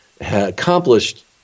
accomplished